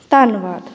ਧੰਨਵਾਦ